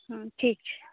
हँ ठीक छै